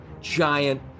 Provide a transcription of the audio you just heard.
giant